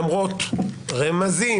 למרות רמזים,